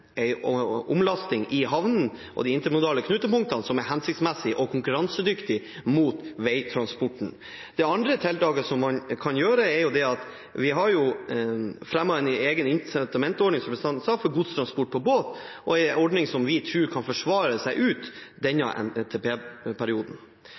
omlasting i havnene og de intermodale knutepunktene som er hensiktsmessige og konkurransedyktige mot veitransporten. I tillegg har vi fremmet en egen incentivordning for godstransport til sjøs, og det er en ordning som vi tror kan forsvare seg ut denne NTP-perioden. Det er slik at intermodale knutepunkt og